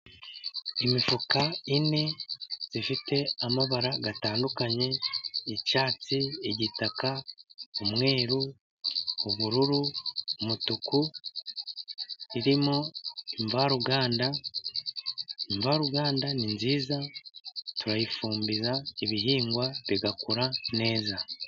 Imifuka ine ifite amabara atandukanye icyatsi igitaka ,umweru ,ubururu ,umutuku, irimo imvaruganda. Imvaruganda ni nziza turayifumbiza, ibihingwa bigakura neza.